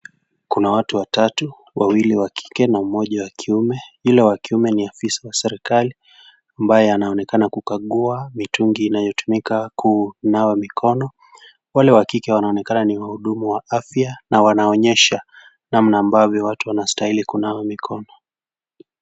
Kuna watu watatu, wawili wa kike na moja wa kiume. Yule wa kiume ni afisa wa serekali ambaye anaonekana kukaguwa mitungi yanayotumika kunawa mikono. Wale wa kike wanaonekana ni wahudumu wa afya na wanaonyesha namna ambavyo watu wanastahili kunawa mikono.